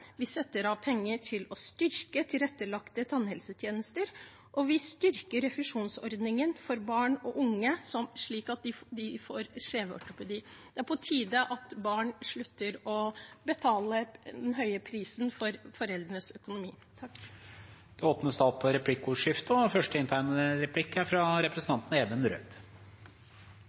Vi setter av penger til å styrke tilrettelagte tannhelsetjenester, og vi styrker refusjonsordningen for barn og unge slik at de får kjeveortopedi. Det er på tide at barn slutter å betale den høye prisen for foreldrenes økonomi. Det blir replikkordskifte. Vi ser at det er store sosiale forskjeller i tannhelsetilbudet i Norge. Dette er